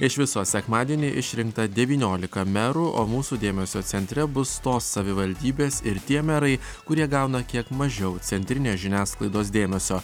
iš viso sekmadienį išrinkta devyniolika merų o mūsų dėmesio centre bus tos savivaldybės ir tie merai kurie gauna kiek mažiau centrinės žiniasklaidos dėmesio